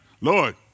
Lord